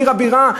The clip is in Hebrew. עיר הבירה,